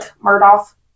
Murdoch